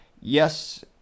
yes